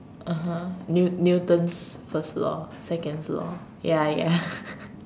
uh-huh New~ Newton's first law seconds law ya ya